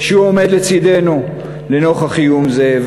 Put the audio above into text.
שהוא עומד לצדנו לנוכח איום זה,